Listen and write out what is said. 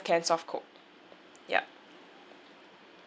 cans of coke yup